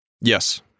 Yes